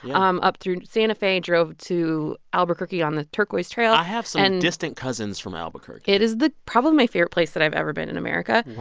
um up through santa fe, drove to albuquerque on the turquoise trail i have some distant cousins from albuquerque it is probably my favorite place that i've ever been in america. wow.